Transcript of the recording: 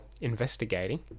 investigating